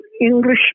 English